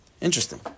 interesting